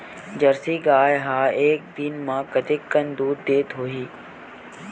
Jersey गाय ह एक दिन म कतेकन दूध देत होही?